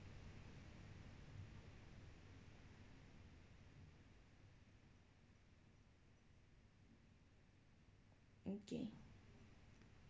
okay